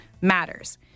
matters